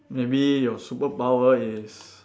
maybe your superpower is